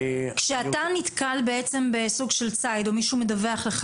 כשאתה נתקל בסוג של ציד או מישהו מדווח לך,